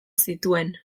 zituen